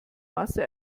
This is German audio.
masse